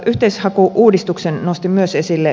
yhteishaku uudistuksen nostin myös esille